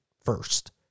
first